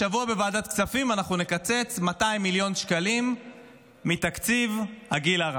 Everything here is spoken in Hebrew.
השבוע בוועדת הכספים אנחנו נקצץ 200 מיליון שקלים מתקציב הגיל הרך.